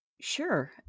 Sure